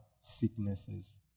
sicknesses